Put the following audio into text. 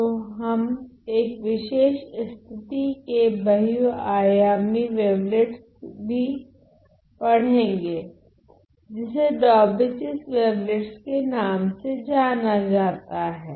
तो हम एक विशेष स्थिति के बहू आयामी वेवलेट्स भी पढ़ेगे जिसे डौबेचिए वेवलेट्स के नाम से जाना जाता हैं